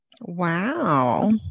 Wow